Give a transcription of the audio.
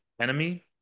enemy